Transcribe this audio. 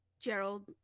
Gerald